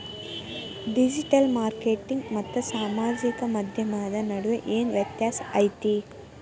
digital marketing ಮತ್ತ ಸಾಮಾಜಿಕ ಮಾಧ್ಯಮದ ನಡುವ ಏನ್ ವ್ಯತ್ಯಾಸ ಐತಿ